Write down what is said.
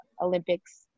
olympics